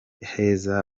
haza